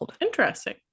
interesting